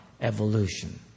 evolution